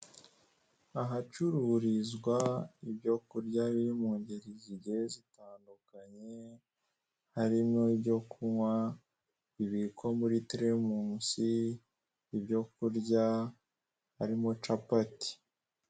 Ahacururiza ibyo kurya biri mungeri zigiye zitandukanye, harimo ibyo kunywa bibikwa muri telemusi, ibyo kurya harimo capati.